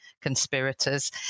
conspirators